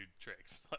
tricks